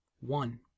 One